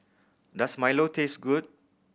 does milo taste good